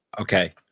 Okay